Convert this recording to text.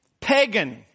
Pagan